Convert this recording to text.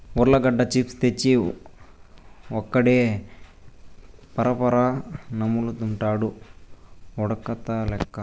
ఉర్లగడ్డ చిప్స్ తెచ్చి ఒక్కడే పరపరా నములుతండాడు ఉడతలెక్క